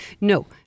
No